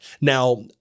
Now